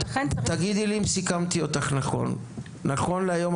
ותגידי לי אם סיכמתי אותך נכון: נכון להיום,